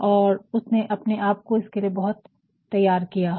और उसने अपने आपको इसके लिए बहुत तैयार किया हो